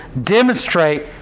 demonstrate